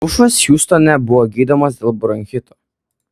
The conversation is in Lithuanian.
bušas hiūstone buvo gydomas dėl bronchito